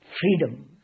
freedom –